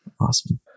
Awesome